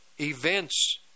events